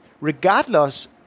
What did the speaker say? regardless